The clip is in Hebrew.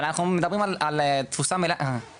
אבל אנחנו מדברים על תפוסה מלאה מהר יונה לבד,